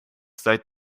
seit